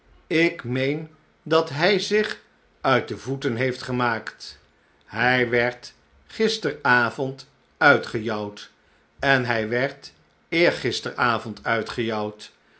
ik meen dat hij zich uit de voeteh heeft gemaakt hij werd gisteravond uitgejouwd en hij werd eergisteravond uitgejouwd